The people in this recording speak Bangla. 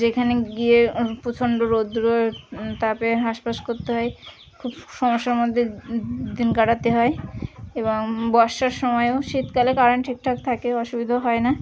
যেখানে গিয়ে প্রচণ্ড রোদ্রের তাপে হাঁস ফাঁস করতে হয় খুব সমস্যার মধ্যে দিন কাটাতে হয় এবং বর্ষার সময়ও শীতকালে কারেন্ট ঠিকঠাক থাকে অসুবিধেও হয় না